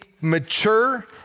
mature